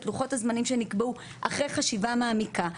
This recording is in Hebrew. לוחות הזמנים שנקבעו אחרי חשיבה מעמיקה,